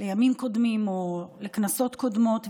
לימים קודמים או לכנסות קודמות,